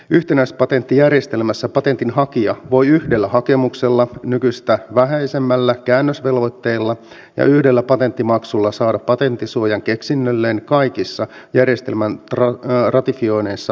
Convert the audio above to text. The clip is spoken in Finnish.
yhtenäispatenttijärjestelmässä patentinhakija voi yhdellä hakemuksella nykyistä vähäisemmillä käännösvelvoitteilla ja yhdellä patenttimaksulla saada patenttisuojan keksinnölleen kaikissa järjestelmän ratifioineissa maissa